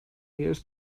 years